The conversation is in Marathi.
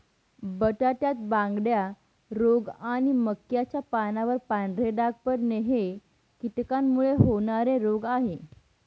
बटाट्यात बांगड्या रोग आणि मक्याच्या पानावर पांढरे डाग पडणे हे कीटकांमुळे होणारे रोग आहे